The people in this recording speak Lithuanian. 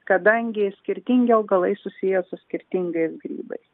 kadangi skirtingi augalai susiję su skirtingais grybais